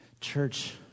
Church